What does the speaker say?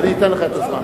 אני אתן לך את הזמן.